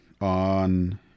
on